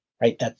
right